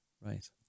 Right